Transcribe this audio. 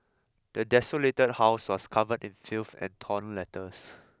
the desolated house was covered in filth and torn letters